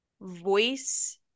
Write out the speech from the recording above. voice